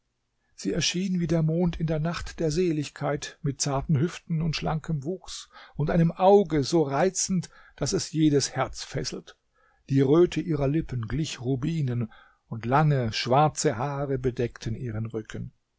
sie erschien wie der mond in der nacht der seligkeit mit zarten hüften und schlankem wuchs und einem auge so reizend daß es jedes herz fesselt die röte ihrer lippen glich rubinen und lange schwarze haare bedeckten ihren rücken